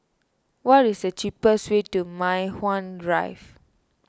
what is the cheapest way to Mei Hwan Drive